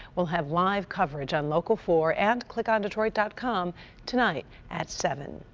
we'll have live coverage on local four and clickondetroit dot com tonight at seven